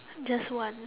just one